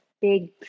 big